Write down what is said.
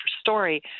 story